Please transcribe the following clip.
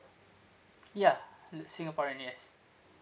ya l~ singaporean yes